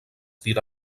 tira